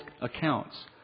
accounts